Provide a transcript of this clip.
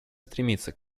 стремится